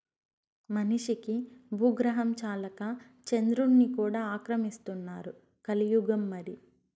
మనిషికి బూగ్రహం చాలక చంద్రుడ్ని కూడా ఆక్రమిస్తున్నారు కలియుగం మరి